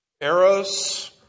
Eros